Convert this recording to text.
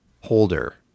holder